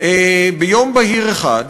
ביום בהיר אחד